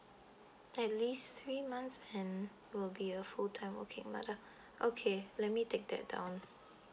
at least three months and will be a full time working mother okay let me take that down